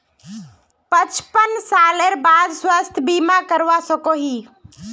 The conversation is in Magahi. पचपन सालेर बाद स्वास्थ्य बीमा करवा सकोहो ही?